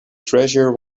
treasure